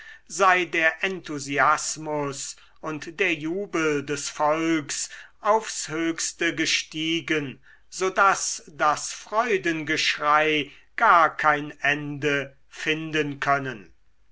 sei der enthusiasmus und der jubel des volks aufs höchste gestiegen so daß das freudengeschrei gar kein ende finden können